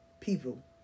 people